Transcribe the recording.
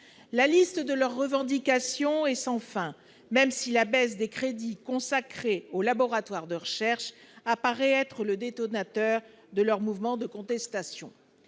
La liste de leurs revendications est sans fin, même si la baisse des crédits consacrés aux laboratoires de recherche paraît être le détonateur de leur mouvement de contestation.